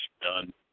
done